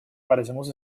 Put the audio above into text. parecemos